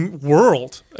world